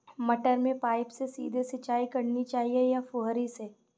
मटर में पाइप से सीधे सिंचाई करनी चाहिए या फुहरी से?